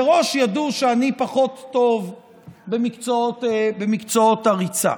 מראש ידעו שאני פחות טוב במקצועות הריצה.